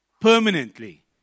permanently